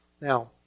Now